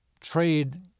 trade